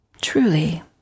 Truly